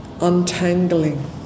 untangling